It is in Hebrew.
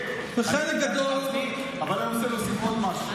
אבל אני רוצה להוסיף עוד משהו.